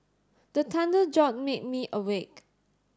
the thunder jolt me me awake